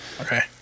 Okay